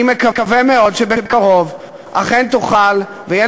אני מקווה מאוד שבקרוב אכן תוכל ויהיה